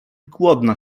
głodna